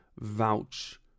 vouch